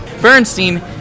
Bernstein